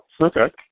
okay